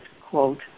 quote